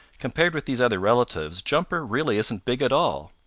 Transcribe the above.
compared with these other relatives, jumper really isn't big at all.